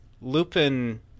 Lupin